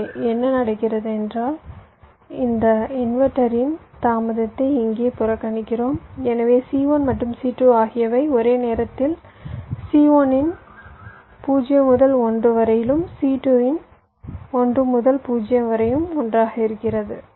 இங்கே என்ன நடக்கிறது என்றால் இந்த இன்வெர்ட்டரின் தாமதத்தை இங்கே புறக்கணிக்கிறோம் எனவே C1 மற்றும் C2 ஆகியவை ஒரே நேரத்தில் C1 இன் 0 முதல் 1 வரையிலும் C2 இன் 1 முதல் 0 வரை ஒன்றாக இருக்கிறது